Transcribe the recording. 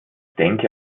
denke